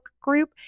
group